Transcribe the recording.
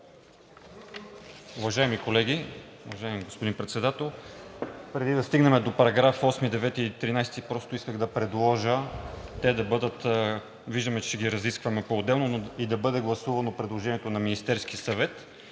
Уважаеми колеги, уважаеми господин Председател! Преди да стигнем до § 8, 9 и 13, просто исках да предложа те да бъдат – виждам, че ще ги разискваме поотделно, но и да бъде гласувано предложението на Министерския съвет,